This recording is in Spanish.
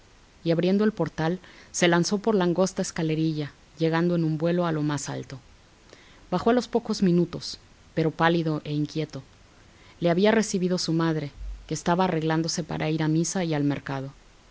y abriendo el portal se lanzó por la angosta escalerilla llegando en un vuelo a lo más alto bajó a los pocos minutos pero pálido e inquieto le había recibido su madre que estaba arreglándose para ir a misa y al mercado